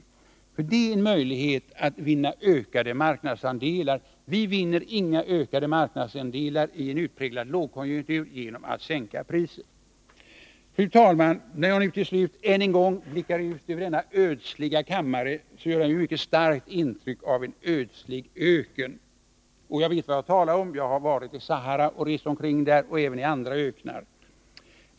Det skulle innebära en möjlighet att vinna ökade marknadsandelar. Vi vinner inga ökade marknadsandelar i en utpräglad lågkonjunktur genom att sänka priset. Fru talman! När jag till slut än en gång blickar ut över denna ödsliga kammare, får jag ett mycket starkt intryck av en ödslig öken. Jag vet vad jag talar om, för jag har rest omkring i Sahara och även i andra öknar.